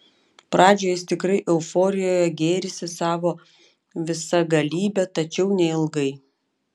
pradžioje jis tikrai euforijoje gėrisi savo visagalybe tačiau neilgai